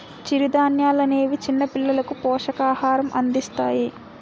చిరుధాన్యాలనేవి చిన్నపిల్లలకు పోషకాహారం అందిస్తాయి